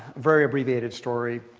very abbreviated story.